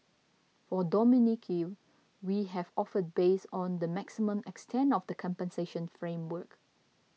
for Dominique we have offered based on the maximum extent of the compensation framework